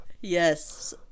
Yes